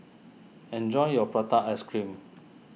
enjoy your Prata Ice Cream